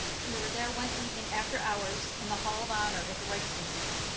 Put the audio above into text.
we were there one evening, after hours, in the hall of honor at the rijksmuseum.